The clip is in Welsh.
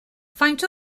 faint